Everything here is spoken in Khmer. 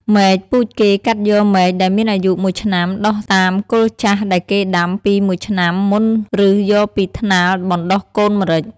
មែកពូជគេកាត់យកមែកដែលមានអាយុ១ឆ្នាំ ដុះតាមគល់ចាស់ដែលគេដាំពី១ឆ្នាំមុនឬយកពីថ្នាលបណ្តុះកូនម្រេច។